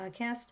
podcast